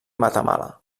matamala